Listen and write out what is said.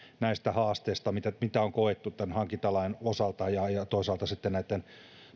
näistä haasteista joita on koettu tämän hankintalain osalta ja ja toisaalta sitten näitten